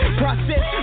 process